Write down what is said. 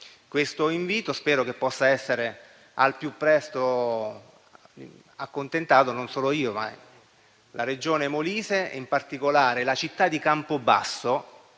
questo invito e spero che possano essere al più presto accontentati non solo io, ma la Regione Molise e in particolare la città di Campobasso